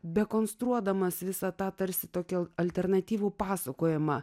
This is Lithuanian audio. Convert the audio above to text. dekonstruodamas visą tą tarsi tokį alternatyvų pasakojimą